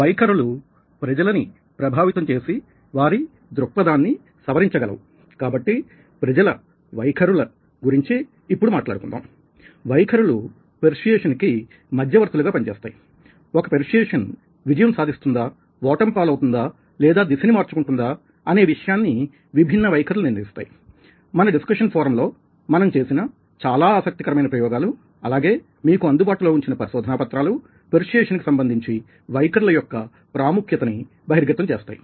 వైఖరులు ప్రజలని ప్రభావితం చేసి వారి దృక్పధాన్ని సవరించగలవు కాబట్టి ప్రజల వైఖరుల గురించి ఇప్పుడు మాట్లాడుకుందాం వైఖరులు పెర్స్యుయేసన్కి మధ్యవర్తులుగా పనిచేస్తాయి ఒక పెర్స్యుయేసన్ విజయం సాధిస్తుందా ఓటమి పాలవుతుందా లేదా దిశని మార్చుకుంటుందా అనే విషయాన్ని విభిన్న వైఖరులు నిర్ణయిస్తాయి మన డిస్కషన్ ఫోరం లో మనం చేసిన చాలా ఆసక్తికరమైన ప్రయోగాలు అలాగే మీకు అందుబాటులో ఉంచిన పరిశోధనా పత్రాలూ పెర్స్యుయేసన్కి సంబంధించి వైఖరుల యొక్క ప్రాముఖ్యత ని బహిర్గతం చేస్తాయి